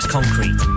Concrete